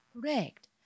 Correct